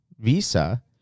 visa